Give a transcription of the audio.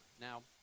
Now